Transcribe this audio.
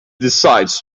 decides